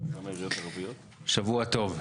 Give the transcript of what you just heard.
שבוע טוב.